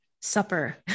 supper